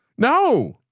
no,